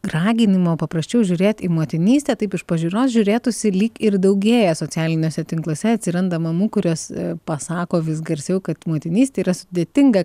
raginimo paprasčiau žiūrėt į motinystę taip iš pažiūros žiūrėtųsi lyg ir daugėja socialiniuose tinkluose atsiranda mamų kurios pasako vis garsiau kad motinystė yra sudėtinga